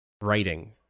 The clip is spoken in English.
writing